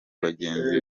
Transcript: bagenzi